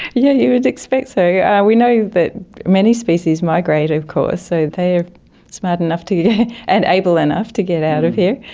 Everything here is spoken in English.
yeah you would expect so. yeah we know that many species migrate of course, so they are smart enough yeah and able enough to get out of here.